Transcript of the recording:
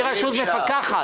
אני רשות מפקחת.